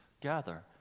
gather